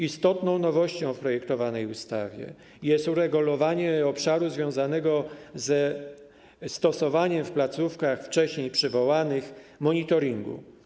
Istotną nowością w projektowanej ustawie jest uregulowanie obszaru związanego ze stosowaniem w placówkach wcześniej przywołanych monitoringu.